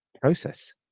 process